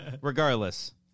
regardless